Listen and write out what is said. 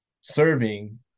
serving